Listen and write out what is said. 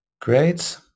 Great